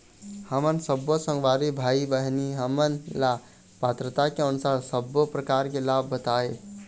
हमन सब्बो संगवारी भाई बहिनी हमन ला पात्रता के अनुसार सब्बो प्रकार के लाभ बताए?